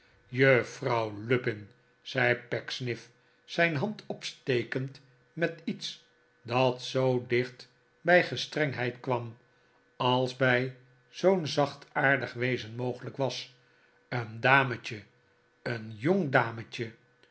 juffrouw lupin zei pecksniff zijn hand opstekend met iets dat zoo dicht bij gestrengheid kwam als bij zoo'n zachtaardig wezen mogelijk was een dametje een jong dametje